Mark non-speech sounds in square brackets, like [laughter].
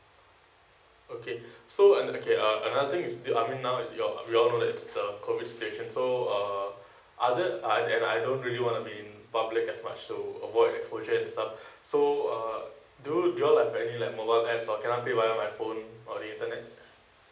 okay [breath] so and okay uh another things is due I mean now if you all you all know that it's the COVID situation so uh [breath] other I and I don't really want to be in public as much so avoid exposure and stuff [breath] so uh do you do you all have any like mobile app so can I pay via my phone or the internet